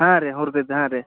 ಹಾಂ ರೀ ಹುರ್ದಿದ್ದು ಹಾಂ ರೀ